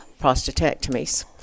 prostatectomies